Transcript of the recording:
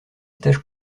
stages